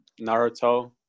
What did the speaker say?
*Naruto*